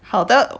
好的